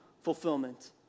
fulfillment